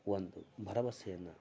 ಒಂದು ಭರವಸೆಯನ್ನು